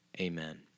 amen